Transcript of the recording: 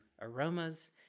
aromas